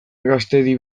gaztedi